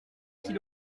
qu’il